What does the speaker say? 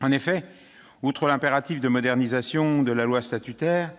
En effet, outre l'impératif de modernisation de la loi statutaire,